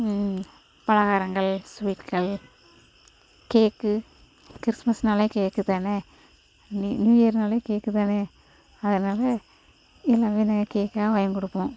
ம் பலகாரங்கள் ஸ்வீட்டுகள் கேக்கு கிறிஸ்மஸுனாலே கேக்கு தானே நியூ நியூ இயர்னாலே கேக்கு தானே அதனால் எல்லாமே நாங்கள் கேக்காக வாங்கி கொடுப்போம்